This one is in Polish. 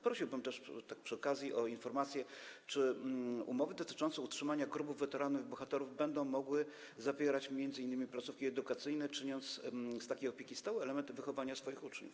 Prosiłbym też tak przy okazji o informację, czy umowy dotyczące utrzymania grobów weteranów i bohaterów będą mogły zawierać m.in. placówki edukacyjne, czyniąc z takiej opieki stały elementy wychowania swoich uczniów.